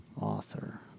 author